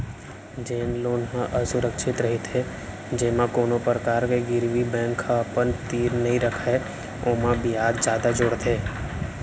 जेन लोन ह असुरक्छित रहिथे जेमा कोनो परकार के गिरवी बेंक ह अपन तीर नइ रखय ओमा बियाज जादा जोड़थे